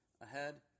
ahead